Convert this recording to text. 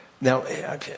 Now